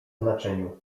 znaczeniu